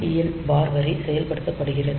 PSEN பார் வரி செயல்படுத்தப்படுகிறது